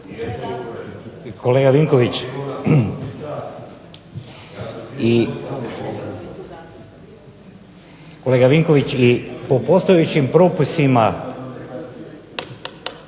Kolega Vinković, i po postojećim propisima.